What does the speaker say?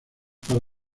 para